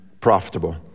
profitable